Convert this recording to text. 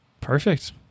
Perfect